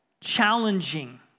challenging